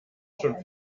schon